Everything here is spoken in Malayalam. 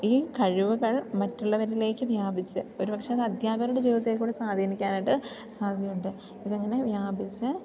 ഈ കഴിവുകൾ മറ്റുള്ളവരിലേക്ക് വ്യാപിച്ച് ഒരു പക്ഷേ അതദ്ധ്യാപകരുടെ ജീവിതത്തെ കൂറ്റി സ്വാധീനിക്കാനായിട്ട് സാധ്യതയുണ്ട് ഇതങ്ങനെ വ്യാപിച്ച്